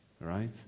Right